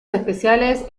especiales